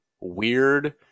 weird